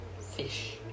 Fish